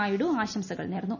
നായിഡു ആശംസകൾ നേർന്നു